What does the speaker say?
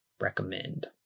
recommend